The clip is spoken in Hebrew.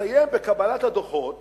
תסתיים בקבלת הדוחות